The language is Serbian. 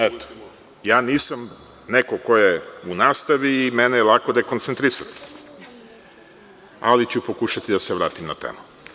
Eto, nisam neko ko je u nastavi i mene je lako dekoncentrisati, ali ću pokušati da se vratim na temu.